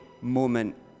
moment